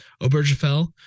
Obergefell